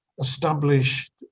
established